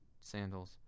sandals